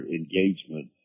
engagement